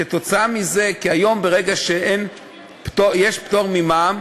כתוצאה מזה כי כיום, ברגע שיש פטור ממע"מ,